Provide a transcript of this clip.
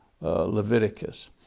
Leviticus